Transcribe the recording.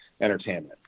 entertainment